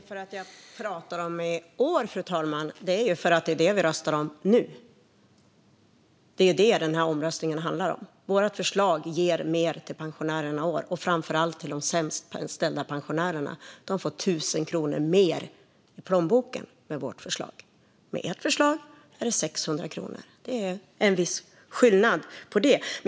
Fru talman! Att jag talar om i år är för att det är vad vi röstar om nu. Det är vad omröstningen handlar om. Vårt förslag ger mer till pensionärerna i år och framför allt till de sämst ställda pensionärerna. De får 1 000 kronor mer i plånboken med vårt förslag. Med ert förslag är det 600 kronor. Det är en viss skillnad på det.